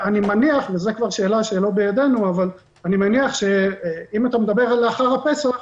אני מניח וזו כבר שאלה שלא בידינו שאם אתה מדבר על לאחר הפסח,